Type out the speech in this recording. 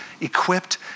equipped